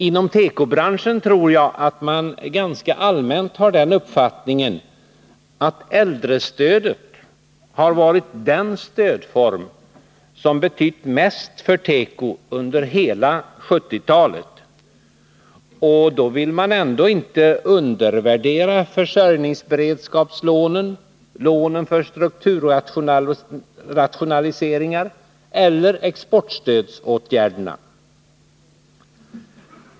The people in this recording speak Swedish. Jag tror att man inom tekobranschen ganska allmänt har den uppfattningen att äldrestödet varit den stödform som betytt mest för teko under hela 1970-talet. Och då vill man ändå inte undervärdera vare sig försörjningsberedskapslånen eller lånen för strukturrationaliseringar eller exportstödsåtgärderna.